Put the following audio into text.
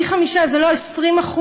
פי-חמישה, זה לא 20%,